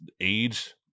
age